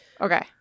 Okay